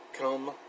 come